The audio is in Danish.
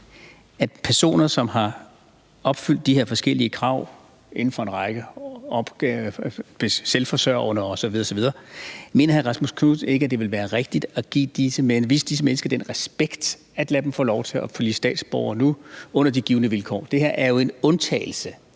til personer, som har opfyldt de her forskellige krav inden for en række ting – blive selvforsørgende osv. osv. – ville være rigtigt at vise de mennesker den respekt at lade dem få lov til at blive statsborgere nu under de givne vilkår? Det her er jo en undtagelse,